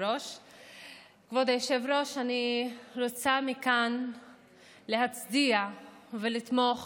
אני רוצה מכאן להצדיע ולתמוך